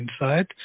inside